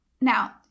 Now